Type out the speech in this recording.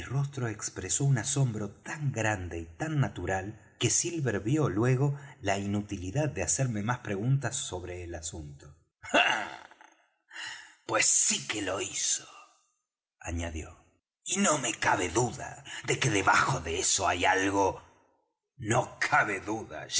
rostro expresó un asombro tan grande y tan natural que silver vió luego la inutilidad de hacerme más preguntas sobre el asunto ah pues sí que lo hizo añadió y no me cabe duda de que debajo de eso hay algo no cabe duda